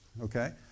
okay